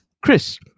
Chris